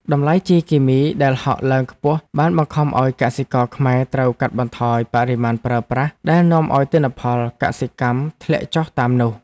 តម្លៃជីគីមីដែលហក់ឡើងខ្ពស់បានបង្ខំឱ្យកសិករខ្មែរត្រូវកាត់បន្ថយបរិមាណប្រើប្រាស់ដែលនាំឱ្យទិន្នផលកសិកម្មធ្លាក់ចុះតាមនោះ។